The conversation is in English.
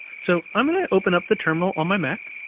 so i'm gonna open up the terminal on my mac,